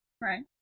right